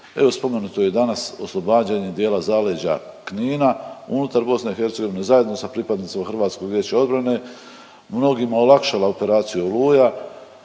Evo spomenuto je i danas oslobađanje dijela zaleđa Knina unutar BiH zajedno sa pripadnicima HVO-a, mnogima olakšala operaciju „Oluja“,